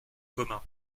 commun